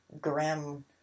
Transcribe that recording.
grim